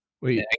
Wait